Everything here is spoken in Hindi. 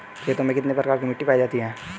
खेतों में कितने प्रकार की मिटी पायी जाती हैं?